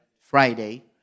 Friday